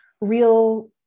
real